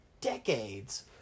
decades